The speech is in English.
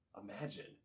imagine